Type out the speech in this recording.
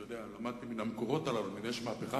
אתה יודע, למדתי מן המקורות: אם יש מהפכה